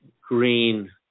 green